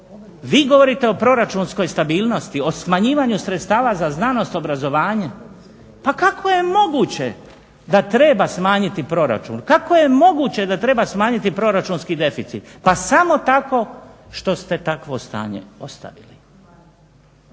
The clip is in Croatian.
Vi govorite o proračunskoj stabilnosti, o smanjivanju sredstava za znanost, obrazovanje. Pa kako je moguće da treba smanjiti proračun? Kako je moguće da treba smanjiti proračunski deficit? Pa samo tako što ste takvo stanje ostavili.